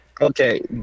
Okay